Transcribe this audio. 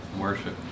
Worship